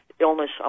illness